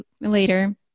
later